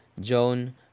Joan